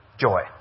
Joy